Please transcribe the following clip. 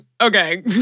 Okay